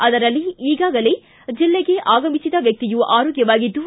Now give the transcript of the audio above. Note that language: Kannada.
ಅದರಲ್ಲಿ ಈಗಾಗಲೇ ಜಿಲ್ಲೆಗೆ ಆಗಮಿಸಿದ ವ್ಯಕ್ತಿಯು ಆರೋಗ್ಣವಾಗಿದ್ದು